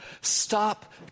Stop